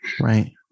Right